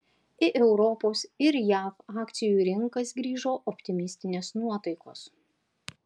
į europos ir jav akcijų rinkas grįžo optimistinės nuotaikos